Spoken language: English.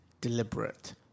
deliberate